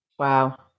wow